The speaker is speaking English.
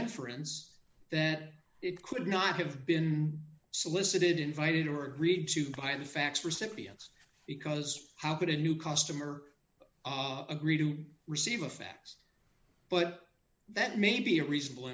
inference that it could not have been solicited invited or agreed to by the fax recipients because how could a new customer agree to receive a fax but that may be a reasonable